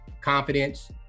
confidence